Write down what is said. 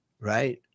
right